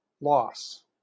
loss